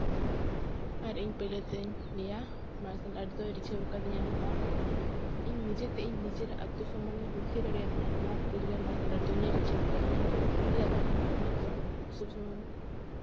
ᱟᱨ ᱤᱧ ᱯᱳᱭᱞᱚ ᱛᱮᱧ ᱞᱟᱹᱭᱟ ᱢᱟᱨᱥᱟᱞ ᱟᱨᱴ ᱫᱚᱭ ᱨᱤᱡᱷᱟᱹᱣ ᱠᱟᱹᱫᱤᱧᱟ ᱱᱚᱣᱟ ᱤᱧ ᱱᱤᱡᱮᱛᱮ ᱤᱧ ᱱᱤᱡᱮᱨ ᱟᱛᱛᱚ ᱥᱚᱱᱢᱟᱱ ᱤᱧ ᱨᱩᱠᱷᱤᱭᱟᱹ ᱫᱟᱲᱮᱭᱟᱜ ᱛᱤᱧᱟᱹ ᱱᱚᱣᱟ ᱠᱷᱟᱹᱛᱤᱨ ᱜᱮ ᱢᱟᱨᱥᱟᱞ ᱟᱨᱴ ᱫᱚ ᱤᱧᱮ ᱨᱤᱡᱷᱟᱹᱣ ᱠᱟᱫᱤᱧᱟ ᱪᱮᱫᱟᱜ ᱵᱟᱝᱢᱟ ᱱᱚᱣᱟ ᱫᱚ ᱥᱚᱵ ᱥᱚᱢᱚᱭ